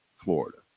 Florida